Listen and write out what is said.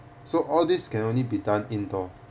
so all this can only be done indoors